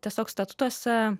tiesiog statutuose